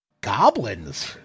Goblins